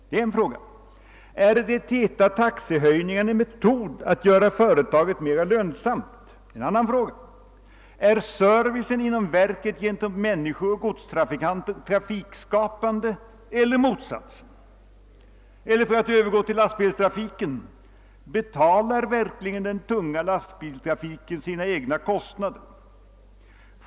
Det är en av dessa frågor. Är de täta taxehöjningarna en metod att göra företaget mera lönsamt? Det är en annan sådan fråga. Är servicen inom verket för personer och godstrafikanter trafikskapande eller verkar den i motsatt riktning? Eller — för att övergå till den tunga lastbilstrafiken — betalar verkligen denna trafik sina egna kostnader?